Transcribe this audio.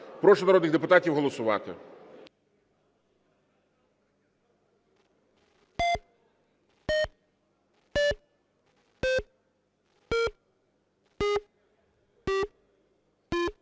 Прошу народних депутатів голосувати.